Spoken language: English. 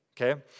okay